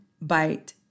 bite